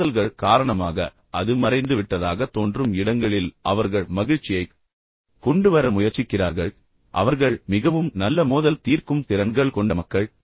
மோதல்கள் காரணமாக அது மறைந்துவிட்டதாகத் தோன்றும் இடங்களில் அவர்கள் மகிழ்ச்சியைக் கொண்டுவர முயற்சிக்கிறார்கள் அவர்கள் மிகவும் நல்ல மோதல் தீர்க்கும் திறன்கள் கொண்ட மக்கள்